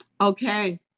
okay